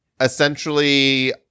essentially